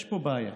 יש פה בעיה,